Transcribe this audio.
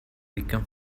become